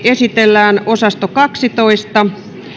esitellään osasto yksitoista